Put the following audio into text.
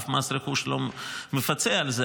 אף מס רכוש לא מפצה על זה,